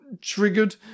triggered